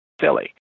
Silly